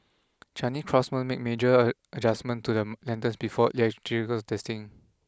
Chinese craftsmen make major a adjustments to the lanterns before electrical testing